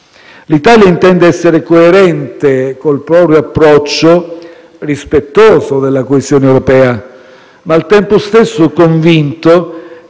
L'Italia intende essere coerente con il proprio approccio rispettoso della questione europea, ma al tempo stesso convinto